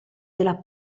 della